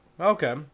Okay